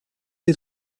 des